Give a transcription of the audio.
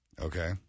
Okay